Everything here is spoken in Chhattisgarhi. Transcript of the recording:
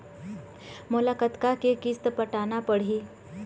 मोला कतका के किस्त पटाना पड़ही?